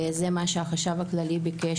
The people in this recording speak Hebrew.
זה מה שהחשב הכללי ביקש,